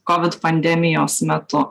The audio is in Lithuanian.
covid pandemijos metu